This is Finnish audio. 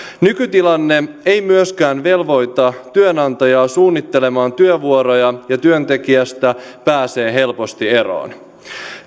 nykytilanne ei myöskään velvoita työnantajaa suunnittelemaan työvuoroja ja työntekijästä pääsee helposti eroon